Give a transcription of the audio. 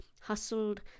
hustled